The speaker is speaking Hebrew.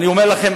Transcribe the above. אני אומר לכם,